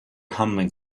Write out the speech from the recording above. humming